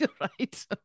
right